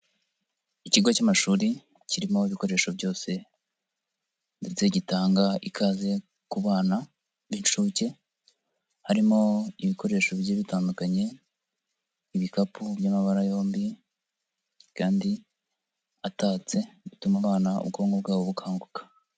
Ikigo cy'amashuri kirimo ibikoresho byose ndetse gitanga ikaze ku bana b'incuke, harimo ibikoresho bigiye bitandukanye, ibikapu by'amabara yombi kandi atatse, bituma abana ubwonko bwabo bukanguka.